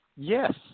Yes